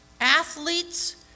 Athletes